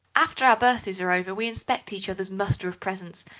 after our birthdays are over we inspect each other's muster of presents,